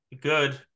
Good